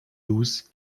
hughes